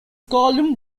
column